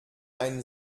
ein